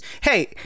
hey